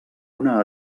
una